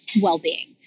well-being